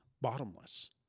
bottomless